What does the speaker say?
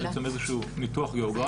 איזשהו ניתוח גיאוגרפי.